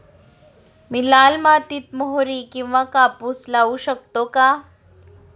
मी लाल मातीत मोहरी किंवा कापूस लावू शकतो का?